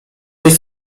być